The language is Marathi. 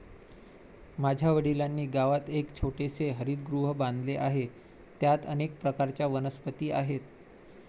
माझ्या वडिलांनी गावात एक छोटेसे हरितगृह बांधले आहे, त्यात अनेक प्रकारच्या वनस्पती आहेत